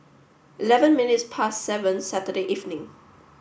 eleven minutes past seven Saturday evening